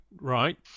right